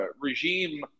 regime